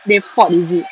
they fought is it